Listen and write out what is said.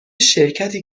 شرکتی